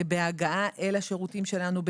בהגעה אל השירותים שלנו,